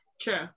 true